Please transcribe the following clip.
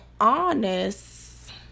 honest